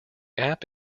app